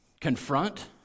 confront